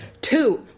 two